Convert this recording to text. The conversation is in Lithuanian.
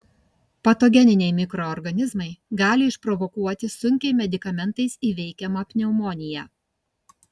patogeniniai mikroorganizmai gali išprovokuoti sunkiai medikamentais įveikiamą pneumoniją